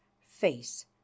face